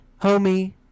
homie